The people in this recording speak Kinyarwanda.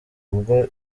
ubwo